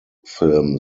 film